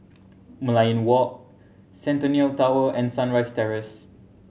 Merlion Walk Centennial Tower and Sunrise Terrace